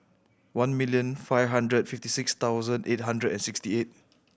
one million five hundred fifty six thousand eight hundred and sixty eight